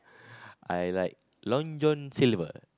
I like Long John Silver